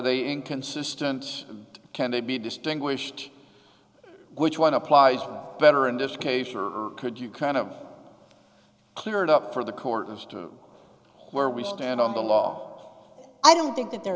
they inconsistent can they be distinguished which one applies better in this case or could you kind of clear it up for the court as to where we stand on the law i don't think that the